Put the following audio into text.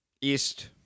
east